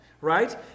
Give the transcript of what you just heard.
right